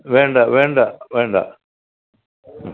വേണ്ട വേണ്ട വേണ്ട